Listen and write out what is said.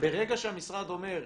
וברגע שהמשרד אומר,